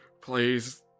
Please